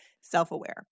self-aware